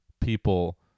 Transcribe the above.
people